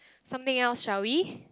something else shall we